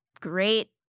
great